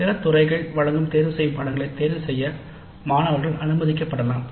பிற துறைகள் வழங்கும் தேர்தல்களைத் தேர்வுசெய்ய மாணவர்கள்அனுமதிக்க படலாம்